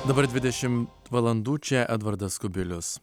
dabar dvidešimt valandų čia edvardas kubilius